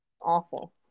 awful